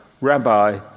Rabbi